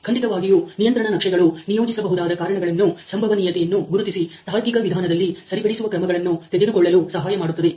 ಖಂಡಿತವಾಗಿಯೂ ನಿಯಂತ್ರಣ ನಕ್ಷಗಳು ನಿಯೋಜಿಸಬಹುದಾದ ಕಾರಣಗಳನ್ನು ಸಂಭವನೀಯತೆಯನ್ನು ಗುರುತಿಸಿ ತಾರ್ಕಿಕ ವಿಧಾನದಲ್ಲಿ ಸರಿಪಡಿಸುವ ಕ್ರಮಗಳನ್ನು ತೆಗೆದುಕೊಳ್ಳಲು ಸಹಾಯ ಮಾಡುತ್ತದೆ